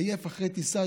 עייף אחרי טיסה,